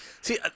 See